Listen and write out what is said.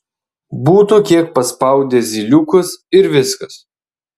būtų kiek paspaudę zyliukus ir viskas